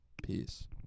Peace